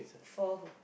for who